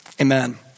Amen